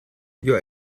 your